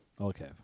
Okay